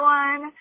one